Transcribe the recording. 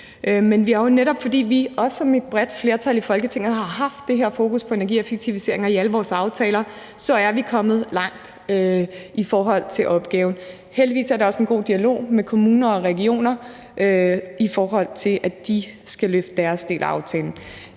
sagde, og jo netop fordi vi, også som et bredt flertal i Folketinget, har haft det her fokus på energieffektiviseringer i alle vores aftaler, er vi kommet langt med opgaven. Heldigvis er der også en god dialog med kommuner og regioner, i forhold til at de skal løfte deres del af aftalen.